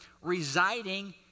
Residing